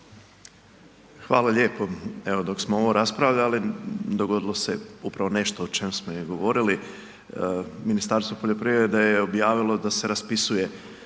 Hvala lijepo. Evo, dok smo ovo raspravljali, dogodilo se upravo nešto o čem smo i govorili. Ministarstvo poljoprivrede je objavilo da se raspisuje